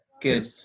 good